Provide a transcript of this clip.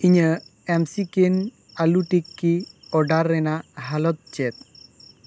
ᱤᱧᱟᱹᱜ ᱮᱢ ᱥᱤ ᱠᱮᱱ ᱟᱞᱩ ᱴᱤᱠ ᱠᱤ ᱚᱰᱟᱨ ᱨᱮᱱᱟᱜ ᱦᱟᱞᱚᱛ ᱪᱮᱫ